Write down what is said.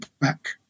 back